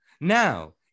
Now